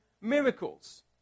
miracles